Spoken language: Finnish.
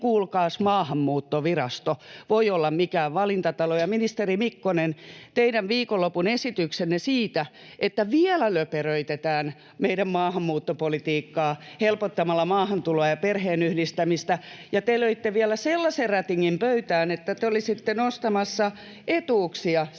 kuulkaas, Maahanmuuttovirasto voi olla mikään valintatalo. Ja ministeri Mikkonen, teidän viikonlopun esityksenne siitä, että vielä löperöitetään meidän maahanmuuttopolitiikkaa helpottamalla maahantuloa ja perheenyhdistämistä, ja te löitte vielä sellaisen rätingin pöytään, että te olisitte nostamassa etuuksia, siis